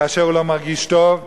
וכאשר הוא לא מרגיש טוב,